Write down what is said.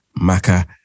Maka